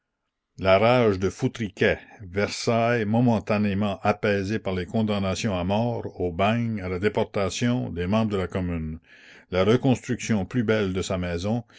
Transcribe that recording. la rage de foutriquet versailles momentanément apaisée par les condamnations à mort au bagne à la déportation des membres de la commune la reconstruction plus belle de sa maison